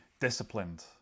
disciplined